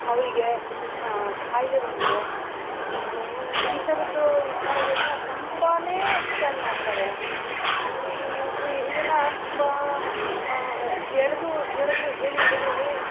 ಅವರಿಗೆ ಖಾಯಿಲೆ ಬಂದಿದೆ ಈ ಥರದ್ದು ವಿಚಾರಗಳನ್ನ ತುಂಬಾ ಎಕ್ಸ್ಪ್ಯಾಂಡ್ ಮಾಡ್ತಾರೆ ಇದನ್ನು ತುಂಬ ಎಳೆದು ಎಳೆದು ಹೇಳಿ ಹೇಳಿ ಹೇಳಿ